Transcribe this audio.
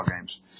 games